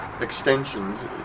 extensions